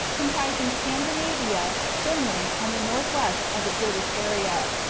comprising scandinavia, finland, and the northwest of the british area,